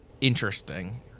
interesting